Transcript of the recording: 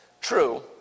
True